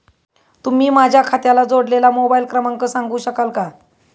तुम्ही माझ्या खात्याला जोडलेला मोबाइल क्रमांक सांगू शकाल का?